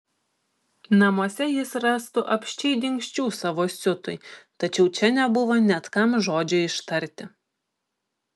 namuose jis rastų apsčiai dingsčių savo siutui tačiau čia nebuvo net kam žodžio ištarti